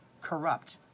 corrupt